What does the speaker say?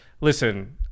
listen